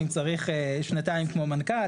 אם צריך שנתיים כמו מנכ"ל,